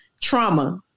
trauma